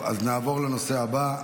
נעבור לנושא הבא,